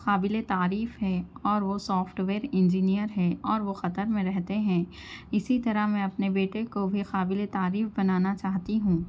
قابل تعریف ہے اور وہ سافٹ ویئر انجینئر ہے اور وہ قطر میں رہتے ہیں اسی طرح میں اپنے بیٹے کو بھی قابل تعریف بنانا چاہتی ہوں